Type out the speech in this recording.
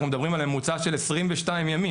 אנחנו מדברים על ממוצע של 22 ימים.